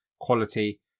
quality